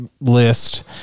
list